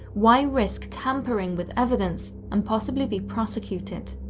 why risk tampering with evidence and possibly be prosecuted?